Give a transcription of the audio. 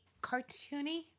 cartoony